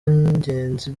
ngenzi